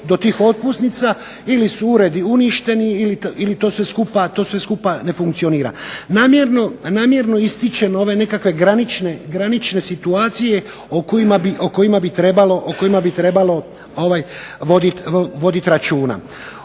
do tih otpusnica ili su uredi uništeni ili to sve skupa ne funkcionira. Namjerno ističem ove nekakve granične situacije o kojima bi trebalo voditi računa.